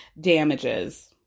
damages